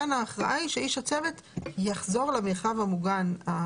כאן ההכרעה היא שאיש הצוות יחזור למרחב המוגן יותר.